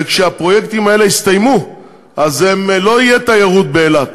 וכשהפרויקטים האלה יסתיימו לא תהיה תיירות באילת,